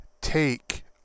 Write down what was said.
take